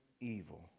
evil